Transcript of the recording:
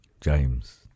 James